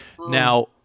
Now